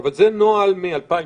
אבל זה נוהל מ-2016.